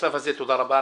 בשלב הזה תודה רבה.